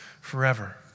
forever